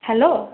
hello